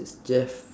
it's jeff